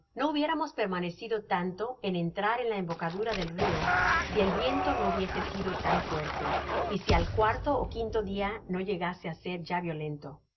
no hubiéramos permanecido tanto en entrar en la embocadura del rio si el viento no hubiese sido tan fuerte y si al cuarto ó quinto dia no llegase á ser ya violento